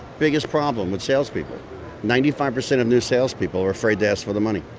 biggest problem with salespeople ninety five percent of new salespeople are afraid to ask for the money.